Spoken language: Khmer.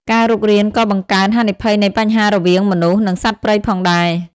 ការរុករានក៏បង្កើន ហានិភ័យនៃបញ្ហាររវាងមនុស្ស និងសត្វព្រៃ ផងដែរ។